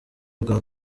bwo